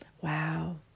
Wow